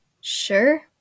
sure